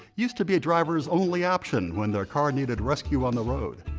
used to be a drivers only option when their car needed rescue on the road.